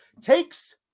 Takes